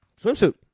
Swimsuit